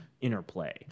interplay